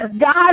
God